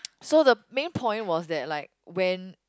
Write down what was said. so the main point was that like when